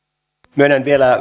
myönnän vielä